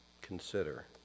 consider